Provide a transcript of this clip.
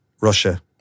Russia